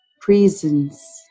prisons